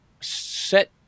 set